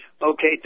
Okay